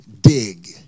dig